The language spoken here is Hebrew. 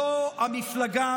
זו המפלגה,